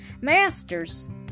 masters